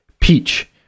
peach